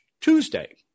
Tuesday